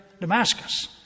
Damascus